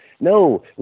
no